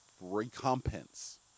recompense